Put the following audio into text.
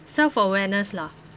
self-awareness lah